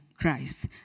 Christ